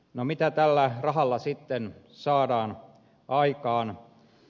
no mitä tällä rahalla sitten saadaan aikaan